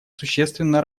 существенно